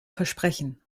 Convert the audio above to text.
versprechen